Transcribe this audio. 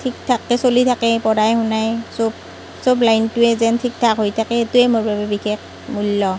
ঠিক ঠাককৈ চলি থাকে পঢ়াই শুনাই চব চব লাইনটোৱেই যেন ঠিক ঠাক হৈ থাকে সেইটোৱেই মোৰ বাবে বিশেষ মূল্য়